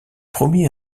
promis